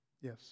Yes